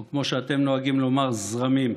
או כמו שאתם נוהגים לומר, זרמים.